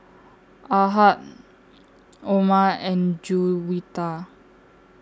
Ahad Omar and Juwita